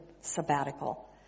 sabbatical